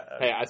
Hey